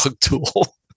tool